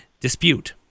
dispute